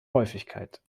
häufigkeit